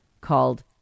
called